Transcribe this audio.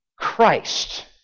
Christ